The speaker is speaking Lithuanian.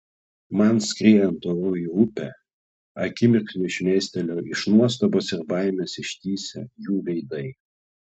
man skriejant oru į upę akimirksniui šmėstelėjo iš nuostabos ir baimės ištįsę jų veidai